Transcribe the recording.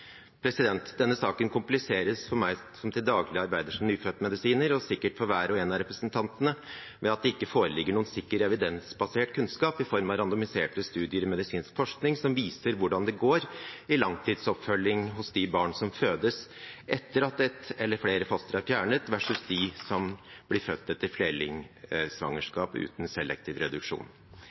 Denne saken kompliseres for meg som til daglig arbeider som nyfødtmedisiner, og sikkert for hver og en av representantene, ved at det ikke foreligger noen sikker evidensbasert kunnskap i form av randomiserte studier i medisinsk forskning, som viser hvordan det går i langtidsoppfølging hos de barna som fødes etter at ett eller flere foster er fjernet, versus de som blir født etter flerlingsvangerskap uten selektiv reduksjon.